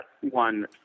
one